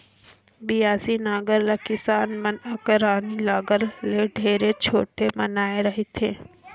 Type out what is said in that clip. बियासी नांगर ल किसान मन अकरासी नागर ले ढेरे छोटे बनाए रहथे